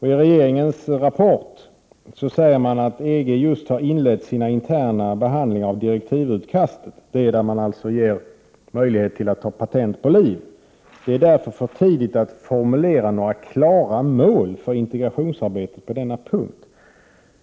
I regeringens rapport säger man att EG just har inlett sin interna behandling av direktivutkastet. Det är där man ger möjlighet till att ta patent på liv. Det är därför för tidigt att formulera några klara mål för integrationsarbetet på denna punkt, sägs det vidare.